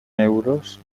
euros